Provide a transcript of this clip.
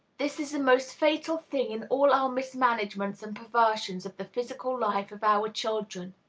this is the most fatal thing in all our mismanagements and perversions of the physical life of our children.